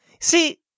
See